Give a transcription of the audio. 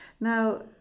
Now